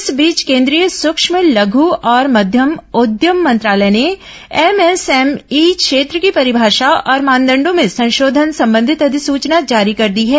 इस बीच केंद्रीय सूक्ष्म लघु और मध्यम उद्यम मंत्रालय ने एमएसएमई क्षेत्र की परिभाषा और मानदंडों में संशोधन संबंधित अधिसूचना जारी कर दी है